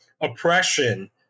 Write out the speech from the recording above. oppression